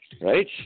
right